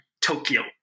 Tokyo